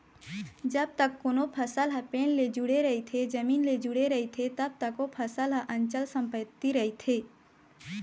जब तक कोनो फसल ह पेड़ ले जुड़े रहिथे, जमीन ले जुड़े रहिथे तब तक ओ फसल ह अंचल संपत्ति रहिथे